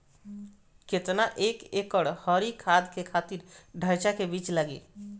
केतना एक एकड़ हरी खाद के खातिर ढैचा के बीज लागेला?